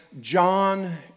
John